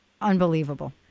unbelievable